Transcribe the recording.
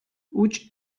huts